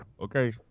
okay